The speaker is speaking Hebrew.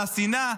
על השנאה.